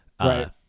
Right